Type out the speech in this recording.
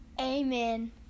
amen